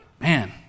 man